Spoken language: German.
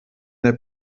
der